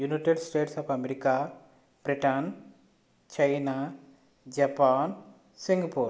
United States of America Britain China Japan Singapore